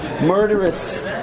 murderous